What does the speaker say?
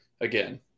again